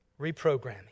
Reprogramming